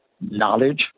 knowledge